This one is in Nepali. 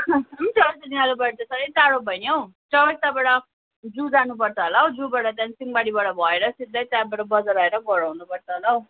आलुबारी त साह्रै टाढो भयो नि हौ चौरस्ताबाट जू जानुपर्छ होला हौ जूबाट त्यहाँदेखि सिङमारीबाट भएर सिधै त्यहाँबाट बजार भएर घर आउनुपर्छ होला हौ